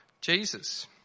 Jesus